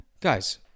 guys